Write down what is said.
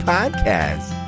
Podcast